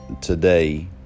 today